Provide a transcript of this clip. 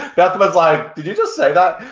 beth was like, did you just say that?